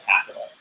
capital